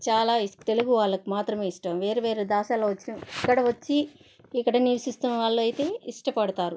చాలా తెలుగు వాళ్ళకు మాత్రం ఇష్టం వేరువేరు దేశాల వచ్చి ఇక్కడికి వచ్చి ఇక్కడ నివసిస్తున్న వారైతే ఇష్టపడతారు